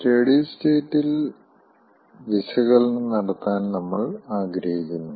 steady സ്റ്റേറ്റിൽ വിശകലനം നടത്താൻ നമ്മൾ ആഗ്രഹിക്കുന്നു